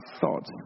thoughts